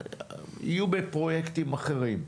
יהיו בפרויקטים אחרים.